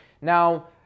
Now